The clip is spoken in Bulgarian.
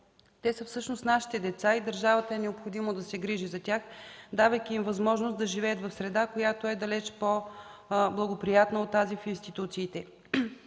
Те всъщност са нашите деца и държавата е необходимо да се грижи за тях, давайки им възможност да живеят в среда, която е далеч по-благоприятна от тази в институциите.